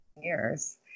years